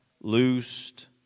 loosed